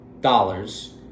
dollars